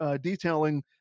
detailing